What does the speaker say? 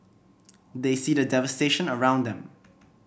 they see the devastation around them